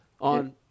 on –